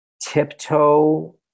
tiptoe